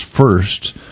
first